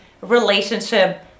relationship